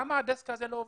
למה הדסק הזה לא עובד?